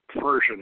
version